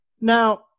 Now